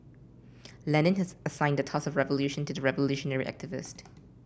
Lenin has assigned the task of revolution to the revolutionary activist